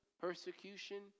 persecution